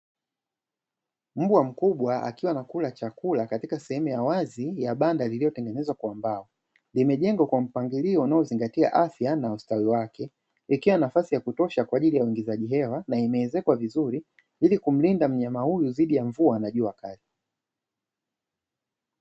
Mbwa mkubwa akiwa anakula chakula katika sehemu ya wazi ya banda lililotengenezwa kwa mbao, limejengwa kwa mpangilio unaozingatia afya na ustawi wake, likiwa na nafasi ya kutosha kwa ajili ya uingizaji hewa na limeezekwa vizuri, ili kumlinda mnyama huyu dhiki ya mvua na jua kali.